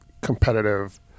competitive